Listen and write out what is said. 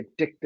addictive